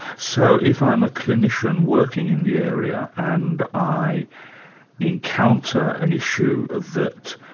so if i'm a clinician working in the area, and i encounter an issue that